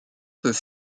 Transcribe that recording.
peut